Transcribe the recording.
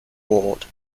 ward